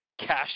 cash